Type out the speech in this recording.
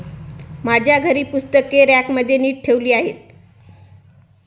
माझ्या घरी पुस्तके रॅकमध्ये नीट ठेवली आहेत